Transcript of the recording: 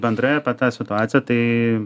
bendrai apie tą situaciją tai